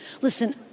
Listen